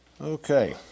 Okay